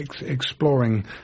exploring